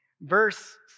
Verse